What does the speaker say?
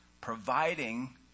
providing